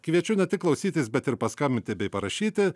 kviečiu ne tik klausytis bet ir paskambinti bei parašyti